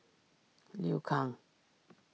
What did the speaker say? Liu Kang